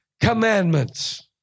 commandments